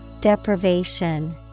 Deprivation